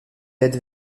être